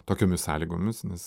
tokiomis sąlygomis nes